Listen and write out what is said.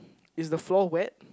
is the floor wet